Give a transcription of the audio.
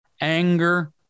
anger